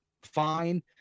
fine